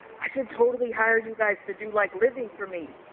i should totally hire you guys to do like living for me.